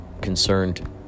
concerned